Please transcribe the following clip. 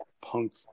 punk